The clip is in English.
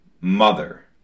mother